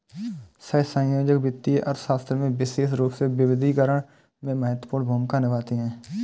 सहसंयोजक वित्तीय अर्थशास्त्र में विशेष रूप से विविधीकरण में महत्वपूर्ण भूमिका निभाते हैं